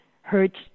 hurts